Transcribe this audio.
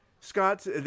Scott's